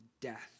death